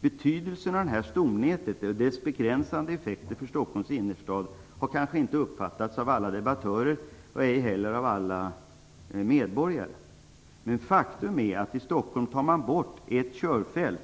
Betydelsen av detta stomnät och dess begränsande effekter för Stockholms innerstad har kanske inte uppfattats av alla debattörer, och inte heller av alla medborgare. Faktum är att man i Stockholm vill ta bort ett körfält